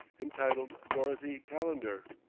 entitled dorothy calendar!